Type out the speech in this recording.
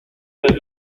niño